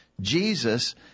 Jesus